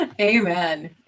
Amen